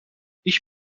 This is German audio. ich